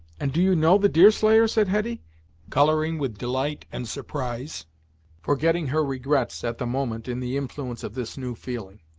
and do you know the deerslayer? said hetty coloring with delight and surprise forgetting her regrets, at the moment, in the influence of this new feeling.